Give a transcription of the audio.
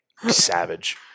Savage